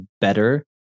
better